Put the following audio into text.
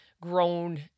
grown